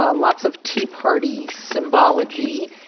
ah lots of tea party symbology.